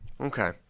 Okay